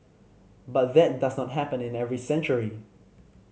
but that does not happen in every century